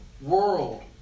world